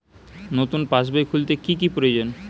নতুন পাশবই খুলতে কি কি প্রয়োজন?